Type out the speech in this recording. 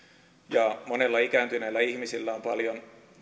monella ikääntyneellä ihmisellä on paljon